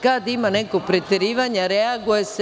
Kad ima nekog preterivanja, reaguje se.